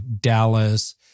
Dallas